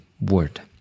word